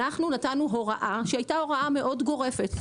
אנחנו נתנו הוראה שהייתה הוראה מאוד גורפת.